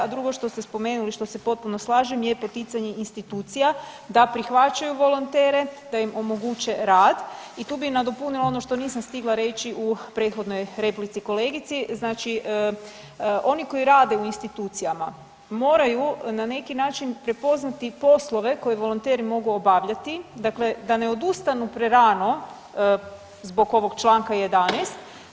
A drugo, što ste spomenuli, što se potpuno slažem je poticanje institucija da prihvaćaju volontere, da im omoguće rad i tu bih nadopunila ono što nisam stigla reći u prethodnoj replici kolegici, znači oni koji rade u institucijama moraju na neki način prepoznate poslove koje volonteri mogu obavljati, dakle da ne odustanu prerano zbog ovog čl. 11.